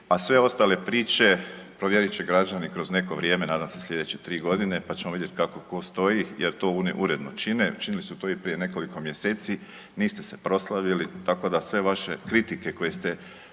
a sve ostale priče provjerit će građani kroz neko vrijeme, nadam se slijedeće 3 godine pa ćemo vidjeti kako tko stoji jer to uredno čine, činili su to i prije nekoliko mjeseci, niste se proslavili tako da sve vaše kritike koje ste